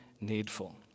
needful